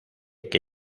que